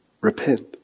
repent